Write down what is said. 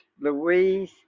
Louise